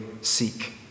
seek